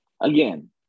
Again